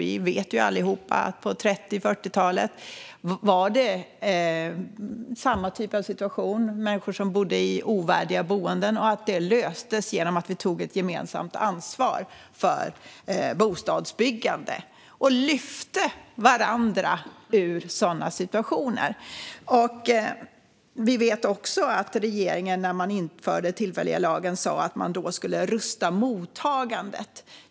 Vi vet allihop att samma typ av situation, med människor som bodde i ovärdiga boenden, rådde på 30 och 40-talet. Det löstes genom att vi tog ett gemensamt ansvar för bostadsbyggandet och lyfte varandra ur sådana situationer. Vi vet också att regeringen när man införde den tillfälliga lagen sa att man skulle rusta mottagandet.